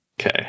Okay